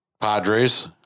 Padres